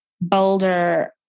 bolder